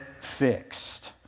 fixed